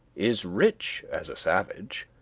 is rich as a savage?